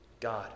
God